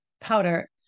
powder